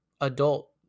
adult